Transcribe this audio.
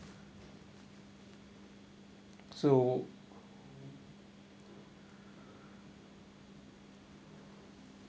so